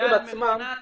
החוקרים עצמם,